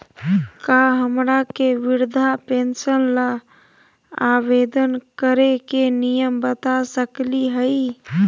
का हमरा के वृद्धा पेंसन ल आवेदन करे के नियम बता सकली हई?